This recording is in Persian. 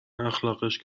اخلاقش